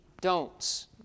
don'ts